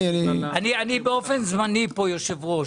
אני באופן זמני פה יושב-ראש,